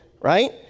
right